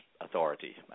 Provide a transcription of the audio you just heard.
authority